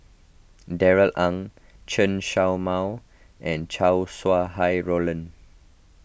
Darrell Ang Chen Show Mao and Chow Sau Hai Roland